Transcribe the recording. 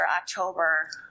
October